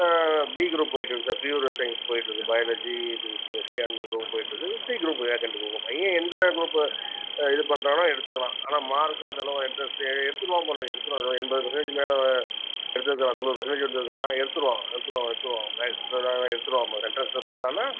B group போயிட்டு இருக்குது sir pure science போயிட்டு இருக்குது பயாலஜி ஃபிசிக்ஸ் கெமிஸ்ட்ரி அந்த குரூப் போயிட்ருக்குது சி குரூப்பு வேகெண்ட் இருக்குது உங்கள் பையன் எந்த குரூப்பு இது பண்ணுறான்னோ எடுத்துக்கலாம் ஆனால் மார்க்கும் அந்த அளவு அவன் எடுத்தால் சரி எடுத்துருவான் போல எடுத்துருவான் இதில் எண்பது பர்சன்டேஜுக்கு மேலே எடுத்துருக்குறான் தொண்ணூறு பர்சன்டேஜ் எடுத்துருக்குறான் எடுத்துடுவான் எடுத்துடுவான் எடுத்துடுவான் அவன் மேக்ஸ் எடுத்துடுவான் எண்ட்ரன்ஸ்ஸில் பாஸ் ஆனால்